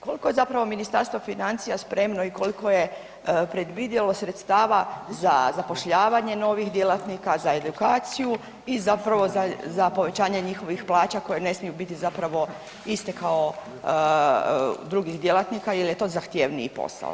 Koliko je zapravo Ministarstvo financija spremno i koliko je predvidjelo sredstava za zapošljavanje novih djelatnika za edukaciju i zapravo za, za povećanje njihovih plaća koje ne smiju biti zapravo iste kao drugih djelatnika jer je to zahtjevniji posao?